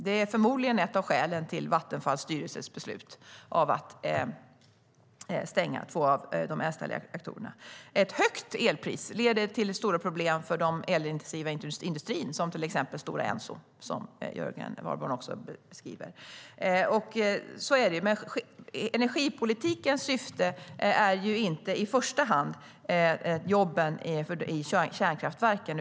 Det är förmodligen ett av skälen till Vattenfalls styrelses beslut att stänga två av de äldsta reaktorerna. Ett högt elpris leder å andra sidan till stora problem för den elintensiva industrin, till exempel Stora Enso, som Jörgen Warborn också beskriver. Energipolitikens syfte är dock inte i första hand jobben i kärnkraftverken.